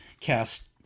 cast